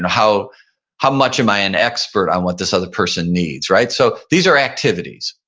how how much am i an expert? i want this other person needs, right? so these are activities.